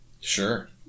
Sure